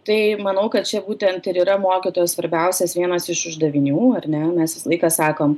tai manau kad čia būtent ir yra mokytojo svarbiausias vienas iš uždavinių ar ne mes visą laiką sakom